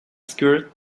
skirt